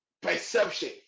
perception